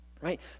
Right